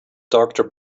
doctor